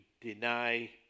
deny